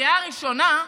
בקריאה הראשונה,